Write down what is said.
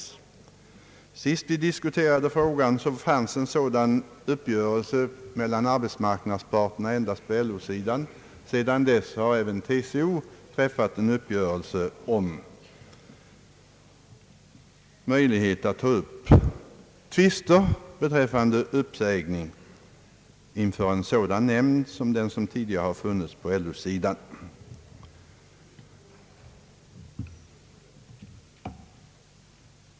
När vi senast diskuterade frågan fanns en sådan uppgörelse mellan arbetsmarknadsparterna endast på LO-sidan. Sedan dess har även TCO träffat en uppgörelse om möjlighet att ta upp tvister beträffande uppsägning inför en sådan nämnd som tidigare har funnits på LO-sidan.